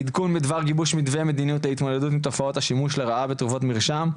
עדכון בדבר גיבוש מתווה להתמודדות עם תופעות השימוש לרעה בתרופות מרשם,